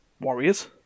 Warriors